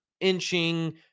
inching